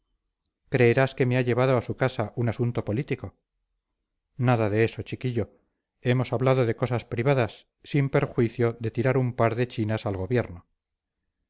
creerás que me ha llevado a su casa un asunto político nada de eso chiquillo hemos hablado de cosas privadas sin perjuicio de tirar un par de chinas al gobierno